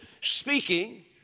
speaking